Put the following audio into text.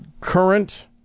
current